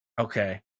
Okay